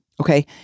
Okay